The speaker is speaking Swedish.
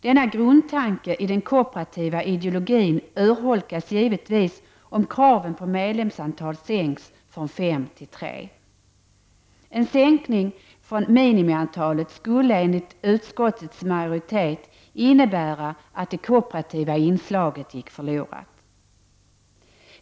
Denna grundtanke i den kooperativa ideologin urholkas givetvis om kraven på medlemsantal sänks från fem till tre. En sänkning av minimiantalet skulle enligt utskottets majoritet innebära att det kooperativa inslaget gick förlorat.